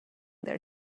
their